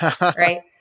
right